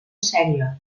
sèrie